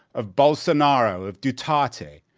of bolsonaro, of duterte,